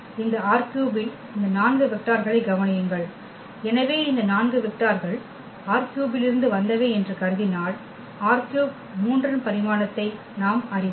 இந்த ℝ3 இல் இந்த 4 வெக்டார்களைக் கவனியுங்கள் எனவே இந்த 4 வெக்டார்கள் ℝ3 இலிருந்து வந்தவை என்று கருதினால் ℝ33 இன் பரிமாணத்தை நாம் அறிவோம்